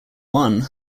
one